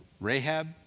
Rahab